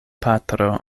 patro